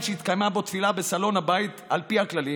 שהתקיימה בו תפילה בסלון הבית על פי הכללים,